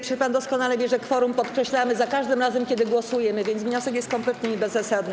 Przecież pan doskonale wie, że kworum podkreślamy za każdym razem, kiedy głosujemy, więc wniosek jest kompletnie bezzasadny.